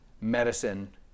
medicine